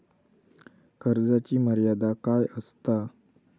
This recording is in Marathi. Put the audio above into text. कर्जाची मर्यादा काय असता?